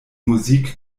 musik